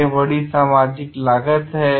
यह एक बड़ी सामाजिक लागत है